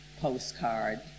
postcard